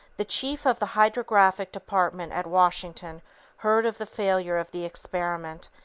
the chief of the hydrographic department at washington heard of the failure of the experiment,